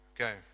okay